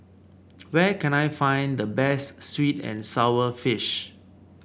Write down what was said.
where can I find the best sweet and sour fish